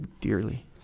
dearly